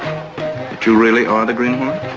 that you really are the green hornet?